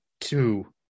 two